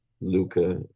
Luca